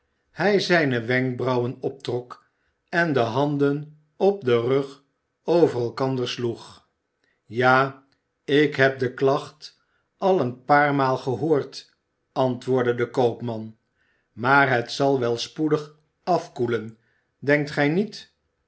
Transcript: hij zijne wenkbrauwen optrok en de handen op den rug over elkander sloeg ja ik heb de klacht al een paar maal gehoord antwoordde de koopman maar het zal wel spoedig afkoelen denkt gij niet